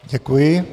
Děkuji.